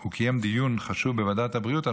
הוא קיים דיון חשוב בוועדת הבריאות על